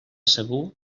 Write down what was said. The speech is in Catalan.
segur